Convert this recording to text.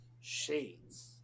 Shades